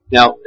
Now